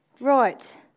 right